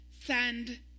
send